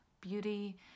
beauty